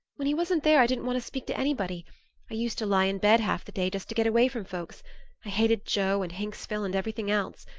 when he wasn't there i didn't want to speak to anybody i used to lie in bed half the day just to get away from folks i hated joe and hinksville and everything else.